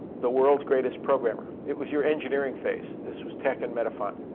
the world's greatest programmer. it was your engineering phase. this was tex and metafont.